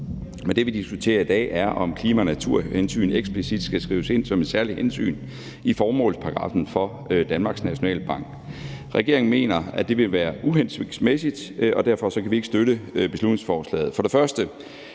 Men det, vi diskuterer i dag, er, om klima- og naturhensyn eksplicit skal skrives ind som et særligt hensyn i formålsparagraffen for Danmarks Nationalbank. Regeringen mener, at det vil være uhensigtsmæssigt, og derfor kan vi ikke støtte beslutningsforslaget.